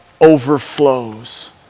overflows